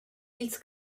ils